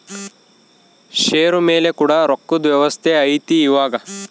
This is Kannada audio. ಷೇರು ಮೇಲೆ ಕೂಡ ರೊಕ್ಕದ್ ವ್ಯವಸ್ತೆ ಐತಿ ಇವಾಗ